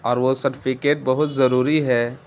اور وہ سرٹفکیٹ بہت ضروری ہے